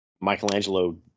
Michelangelo